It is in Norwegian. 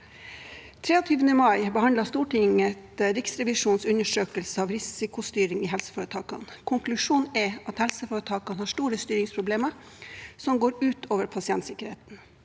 23. mai behandlet Stortinget Riksrevisjonens undersøkelse av risikostyring i helseforetakene. Konklusjon er at helseforetakene har store styringsproblemer som går ut over pasientsikkerheten.